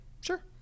sure